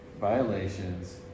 violations